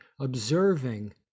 observing